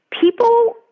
people –